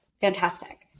Fantastic